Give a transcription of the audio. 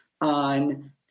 on